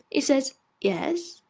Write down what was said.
he says yes?